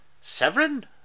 Severin